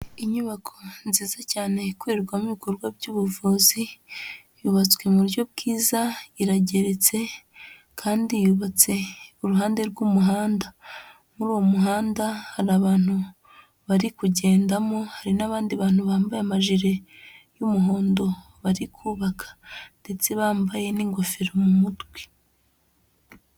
Inyubako nziza cyane ikorerwamo ibikorwa by'ubuvuzi, yubatswe mu buryo bwiza, irageretse kandi yubatse iruhande rw'umuhanda, muri uwo muhanda hari abantu bari kugendamo, hari n'abandi bantu bambaye amajiri y'umuhondo bari kubaka ndetse bambaye n'ingofero mu mutwe.